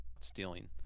stealing